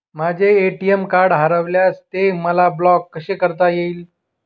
माझे ATM card हरविल्यास ते मला ब्लॉक कसे करता येईल?